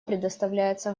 предоставляется